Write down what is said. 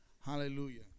Hallelujah